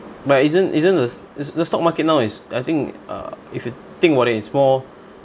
but isn't isn't the s~ the the stock market now is I think uh if you think about it it's more